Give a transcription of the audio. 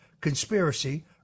conspiracy